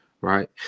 right